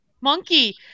monkey